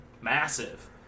massive